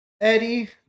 eddie